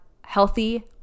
healthy